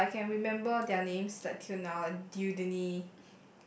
like I can remember their names like till now like Dewdanie